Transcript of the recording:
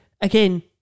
again